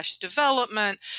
development